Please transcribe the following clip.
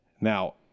Now